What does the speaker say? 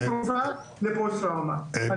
אין תרופה לפוסט טראומה.